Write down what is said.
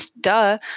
duh